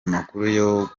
amakuru